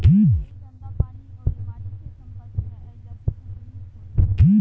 बकरी गन्दा पानी अउरी माटी के सम्पर्क में अईला से संक्रमित होली सन